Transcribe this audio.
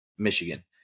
Michigan